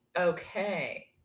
Okay